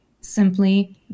simply